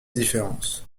différence